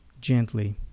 gently